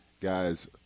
guys